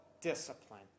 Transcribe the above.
discipline